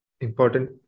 important